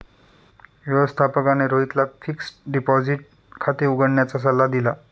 व्यवस्थापकाने रोहितला fixed deposit खाते उघडण्याचा सल्ला दिला